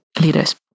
leaders